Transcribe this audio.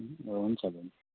हुन् हुन्छ बैनी